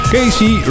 Casey